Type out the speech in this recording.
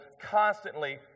constantly